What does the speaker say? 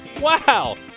Wow